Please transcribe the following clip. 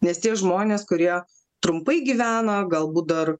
nes tie žmonės kurie trumpai gyvena galbūt dar